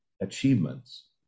achievements